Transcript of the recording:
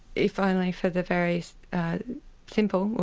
if only for the very simple,